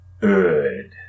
good